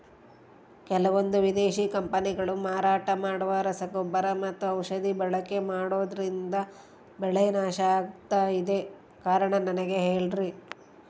ಕೆಲವಂದು ವಿದೇಶಿ ಕಂಪನಿಗಳು ಮಾರಾಟ ಮಾಡುವ ರಸಗೊಬ್ಬರ ಮತ್ತು ಔಷಧಿ ಬಳಕೆ ಮಾಡೋದ್ರಿಂದ ಬೆಳೆ ನಾಶ ಆಗ್ತಾಇದೆ? ಕಾರಣ ನನಗೆ ಹೇಳ್ರಿ?